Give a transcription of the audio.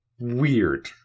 Weird